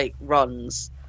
runs